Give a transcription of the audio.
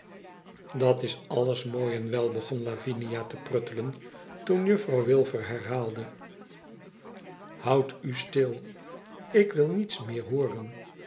dat is alles mooi en wel begon lavinia te pruttelen toen jufïrouw wilfer herhaalde thoudustil ik wil niets meer hooren